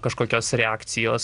kažkokios reakcijos